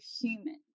human